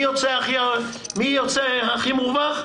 מי יוצא הכי מורווח?